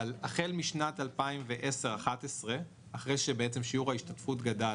החל משנת 2010, 2011, אחרי ששיעור ההשתתפות גדל